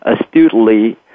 astutely